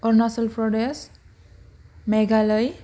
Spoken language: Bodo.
अरुनाचल प्रदेस मेघालय